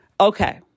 Okay